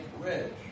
rich